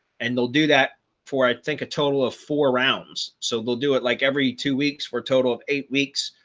and they'll do that for i think, a total of four rounds. so they'll do it like every two weeks for total of eight weeks,